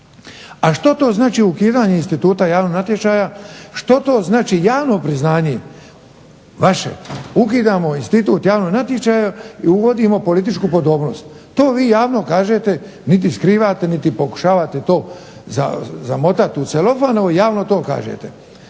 a što to znači ukidanje instituta javnog natječaja, što to znači javno priznanje vaše ukidamo institut javnog natječaja i uvodimo političku podobnost? To vi javno kažete, niti skrivate niti pokušavate to zamotati u celofan, javno to kažete.